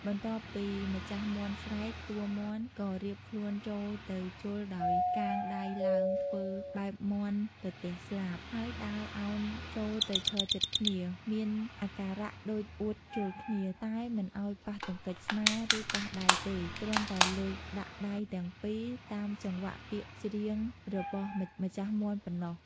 បន្ទាប់ពីម្ចាស់មាន់ស្រែក តួមាន់ក៏រៀបខ្លួនចូលទៅជល់ដោយកាងដៃឡើងធ្វើបែបមាន់ទទះស្លាប ហើយដើរឱនចូលទៅឈរជិតគ្នា មានអាការៈដូចអួតជល់គ្នា តែមិនឱ្យប៉ះទង្គិចស្មា ឬប៉ះដៃទេ គ្រាន់តែលើកដាក់ដៃទាំងពីរ តាមចង្វាក់ពាក្យច្រៀងរបស់ម្ចាស់មាន់ប៉ុណ្ណោះ។